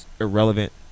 irrelevant